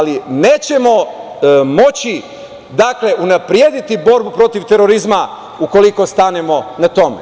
Ali, nećemo moći unaprediti borbu protiv terorizma ukoliko stanemo na tome.